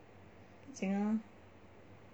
不用紧啊